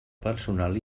personal